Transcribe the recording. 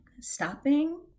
stopping